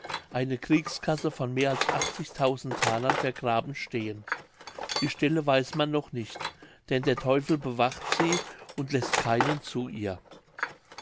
eine kriegskasse von mehr als thalern vergraben stehen die stelle weiß man noch nicht denn der teufel bewacht sie und läßt keinen zu ihr